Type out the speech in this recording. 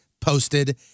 posted